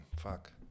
fuck